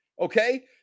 okay